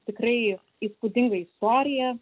tikrai įspūdinga istorija